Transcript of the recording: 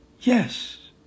yes